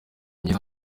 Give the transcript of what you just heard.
myiza